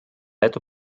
эту